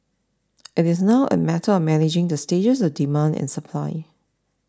it is now a matter of managing the stages of demand and supply